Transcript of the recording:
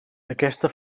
aquesta